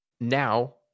Now